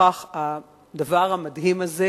נוכח הדבר המדהים הזה.